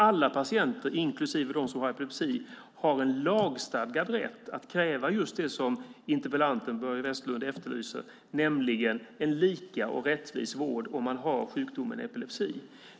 Alla patienter, inklusive dem som har epilepsi, ska ha en lagstadgad rätt att kräva just det som interpellanten Börje Vestlund efterlyser, nämligen en lika och rättvis vård om man har sjukdomen epilepsi.